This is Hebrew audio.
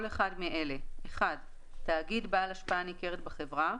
כל אחד מאלה: (1)תאגיד בעל השפעה ניכרת בחברה,